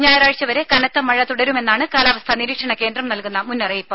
ഞായറാഴ്ച വരെ കനത്ത മഴ തുടരുമെന്നാണ് കാലാവസ്ഥാ നിരീക്ഷണ കേന്ദ്രം നൽകുന്ന മുന്നറിയിപ്പ്